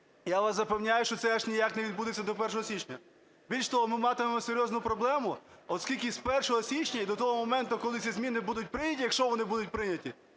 Я вас запевняю, що це аж ніяк не відбудеться до 1 січня. Більш того, ми матиме серйозну проблему, оскільки з 1 січня і до того моменту, коли ці зміни будуть прийняті, якщо вони будуть прийняті,